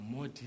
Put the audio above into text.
more